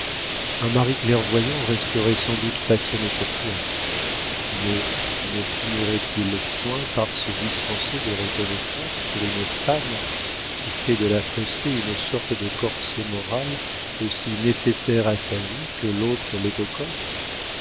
un mari clairvoyant resterait sans doute passionné pour toi mais ne finirait-il point par se dispenser de reconnaissance pour une femme qui fait de la fausseté une sorte de corset moral aussi nécessaire à sa vie que l'autre l'est au corps